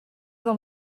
del